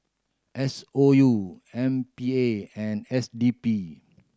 S O U M P A and S D P